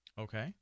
Okay